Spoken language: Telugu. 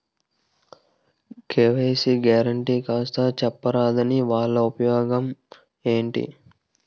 కే.వై.సీ గ్యారంటీ కాస్త చెప్తారాదాని వల్ల ఉపయోగం ఎంటి?